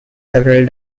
several